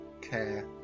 care